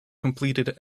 completed